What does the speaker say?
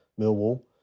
Millwall